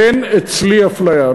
אין אצלי אפליה.